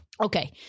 Okay